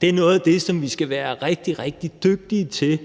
Det er noget af det, vi skal være rigtig, rigtig dygtige til